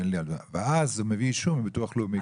אז הוא מביא אישור מביטוח לאומי.